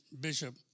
Bishop